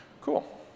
cool